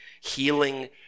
healing